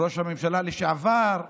ראש הממשלה לשעבר,